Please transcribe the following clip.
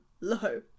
low